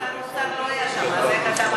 אתה,